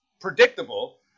predictable